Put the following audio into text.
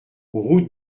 route